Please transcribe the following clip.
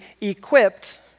equipped